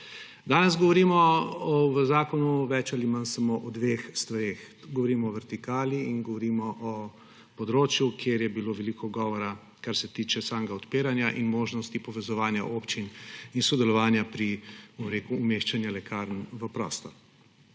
Danes govorimo o zakonu o več ali manj samo o dveh stvareh − govorimo o vertikali in govorimo o področju, kjer je bilo veliko govora o samem odpiranju in možnosti povezovanja občin in sodelovanja pri umeščanju lekarn v prostor.